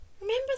Remember